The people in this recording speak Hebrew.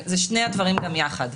זה שני הדברים גם יחד.